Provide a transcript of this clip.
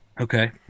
Okay